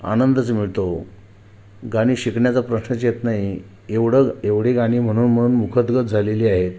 आनंदच मिळतो गाणी शिकण्याचा प्रश्नच येत नाही एवढं एवढी गाणी म्हणून म्हणून मुखोद्गत झालेली आहेत